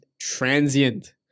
Transient